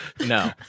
No